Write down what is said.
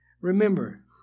Remember